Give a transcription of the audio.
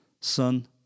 son